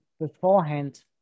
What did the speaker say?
beforehand